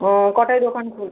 ও কটায় দোকান খুলছে